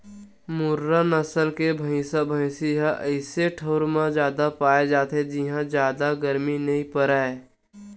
मुर्रा नसल के भइसा भइसी ह अइसे ठउर म जादा पाए जाथे जिंहा जादा गरमी नइ परय